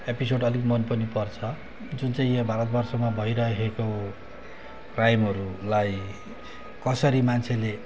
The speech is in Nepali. एपिसोड अलिक मन पनि पर्छ जुन चाहिँ यहाँ भारतवर्षमा भइरहेको क्राइमहरूलाई कसरी मान्छेले